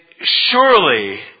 surely